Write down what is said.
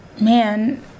man